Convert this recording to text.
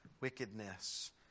wickedness